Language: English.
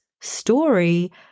story